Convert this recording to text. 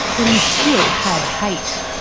but he still had hate.